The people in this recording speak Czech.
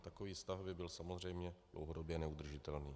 Takový stav by byl samozřejmě dlouhodobě neudržitelný.